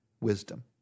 wisdom